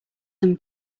them